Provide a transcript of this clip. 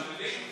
אתה מבין?